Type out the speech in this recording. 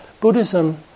Buddhism